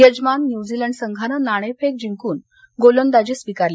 यजमान न्यूझीलंड संघानं नाणेफेक जिंकून गोलंदाजी स्वीकारली